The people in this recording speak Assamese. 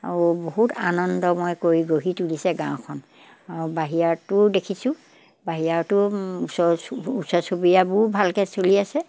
আৰু বহুত আনন্দ মই কৰি গঢ়ি তুলিছে গাঁওখন আৰু বাহিৰাতো দেখিছোঁ বাহিৰাতো ওচৰ ওচৰ চুবুৰীয়াবোৰো ভালকৈ চলি আছে